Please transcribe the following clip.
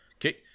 okay